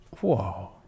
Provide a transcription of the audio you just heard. Whoa